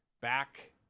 back